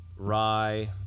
rye